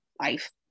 life